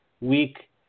week